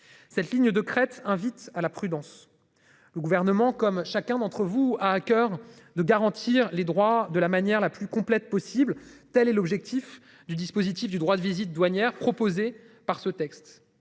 Cette ligne de crête invite à la prudence. Le gouvernement comme chacun d'entre vous a à coeur de garantir les droits de la manière la plus complète possible, telle est l'objectif du dispositif du droit de visite douanières proposées par ce texte.